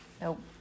Nope